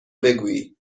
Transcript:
بگویی